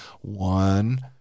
One